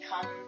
come